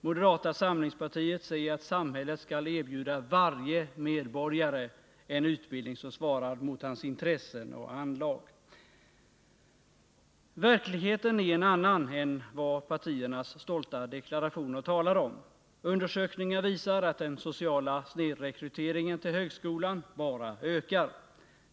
Moderata samlingspartiet säger att samhället skall erbjuda varje medborgare en utbildning som svarar mot hans intressen och anlag. ; Verkligheten är en annan än vad partiernas stolta deklarationer talar om. Undersökningar visar att den sociala snedrekryteringen till högskolan bara ökar.